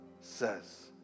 says